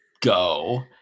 go